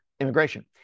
immigration